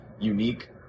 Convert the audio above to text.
unique